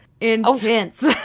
intense